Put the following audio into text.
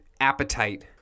appetite